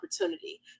opportunity